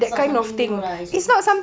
it's not something new lah actually